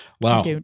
Wow